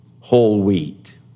Whole-wheat